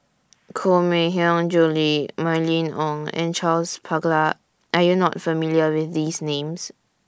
Koh Mui Hiang Julie Mylene Ong and Charles Paglar Are YOU not familiar with These Names